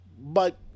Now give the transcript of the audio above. But-